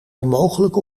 onmogelijk